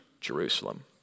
Jerusalem